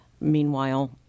Meanwhile